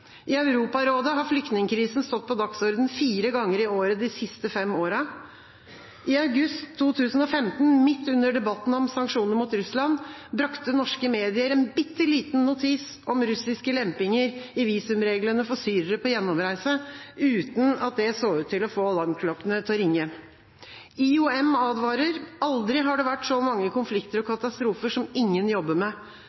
I Europarådet har flyktningkrisen stått på dagsordenen fire ganger i året de siste fem årene. I august 2015, midt under debatten om sanksjoner mot Russland, brakte norske medier en bitte liten notis om russiske lempinger i visumreglene for syrere på gjennomreise, uten at det så ut til å få alarmklokkene til å ringe. International Organization for Migration, IOM, advarer: Aldri har det vært så mange konflikter og